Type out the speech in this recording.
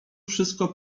wszystko